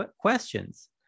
questions